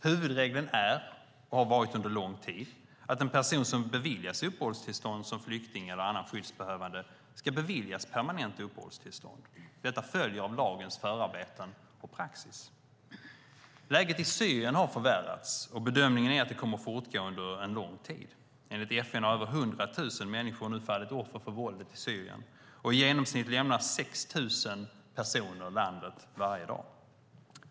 Huvudregeln är och har varit under lång tid att en person som beviljas uppehållstillstånd som flykting eller annan skyddsbehövande ska beviljas permanent uppehållstillstånd. Detta följer av lagens förarbeten och praxis. Läget i Syrien har förvärrats, och bedömningen är att det kommer att fortgå under en lång tid. Enligt FN har över 100 000 människor nu fallit offer för våldet i Syrien, och i genomsnitt lämnar 6 000 personer landet varje dag.